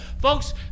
Folks